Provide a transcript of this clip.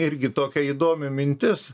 irgi tokia įdomi mintis